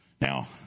Now